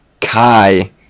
Kai